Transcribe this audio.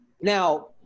Now